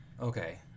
Okay